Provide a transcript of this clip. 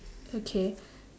okay